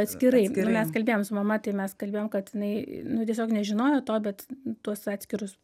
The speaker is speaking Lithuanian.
atskirai nu mes kalbėjom su mama tai mes kalbėjom kad jinai nu tiesiog nežinojo to bet tuos atskirus